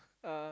uh